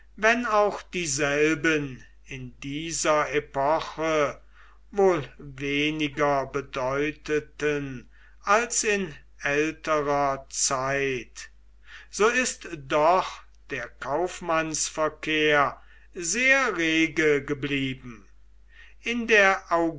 wenn auch dieselben in dieser epoche wohl weniger bedeuteten als in älterer zeit so ist doch der kaufmannsverkehr sehr rege geblieben in der